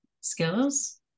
skills